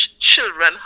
children